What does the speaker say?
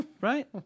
right